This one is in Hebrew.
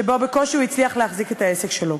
שבו הוא בקושי הצליח להחזיק את העסק שלו.